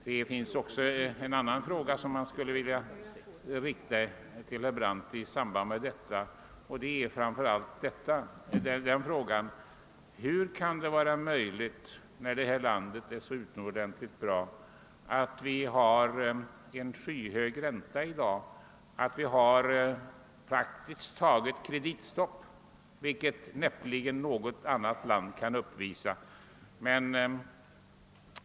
Jag skulle också vilja rikta en annan fråga till herr Brandt i samband med detta, nämligen följande: Hur kan det vara möjligt, när detta land är så utomordentligt bra, att vi i dag har en skyhög ränta, att vi har praktiskt taget kreditstopp, vilket näppeligen gäller i något annat land?